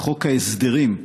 בחוק ההסדרים,